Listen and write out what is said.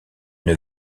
une